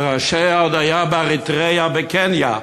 שראשה עוד היה עצור באריתריאה ובקניה.